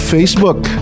Facebook